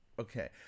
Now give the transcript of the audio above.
okay